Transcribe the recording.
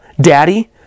Daddy